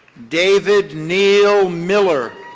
david neal miller.